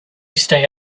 stay